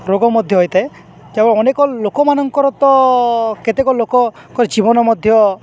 ରୋଗ ମଧ୍ୟ ହୋଇଥାଏ ଯେ ଅନେକ ଲୋକମାନଙ୍କର ତ କେତେକ ଲୋକଙ୍କ ଜୀବନ ମଧ୍ୟ